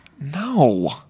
No